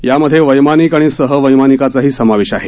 यामध्ये वैमानिक आणि सह वैमानिकाचाही समावेश आहे